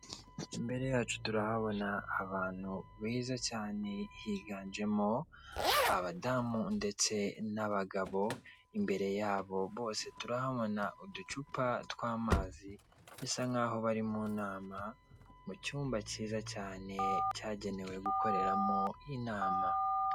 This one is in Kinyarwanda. Imbere yacu turahabona abantu beza cyane higanjemo abadamu ndetse n'abagabo, imbere yabo bose turahabona uducupa tw'amazi bisa nkaho bari mu nama, mu cyumba cyiza cyane cyagenewe gukoreramo inama.